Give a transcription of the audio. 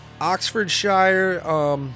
Oxfordshire